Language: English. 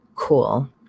cool